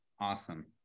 Awesome